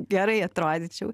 gerai atrodyčiau